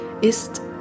ist